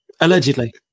Allegedly